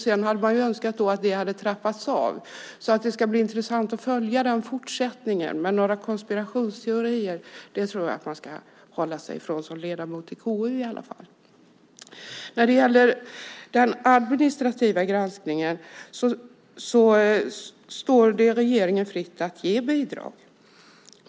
Sedan hade man önskat att det skulle bli en avtrappning, så det ska bli intressant att följa fortsättningen. Men konspirationsteorier tror jag att man, i alla fall som ledamot i KU, ska avhålla sig från. När det gäller den administrativa granskningen står det regeringen fritt att ge bidrag.